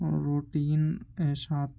اور روٹین شات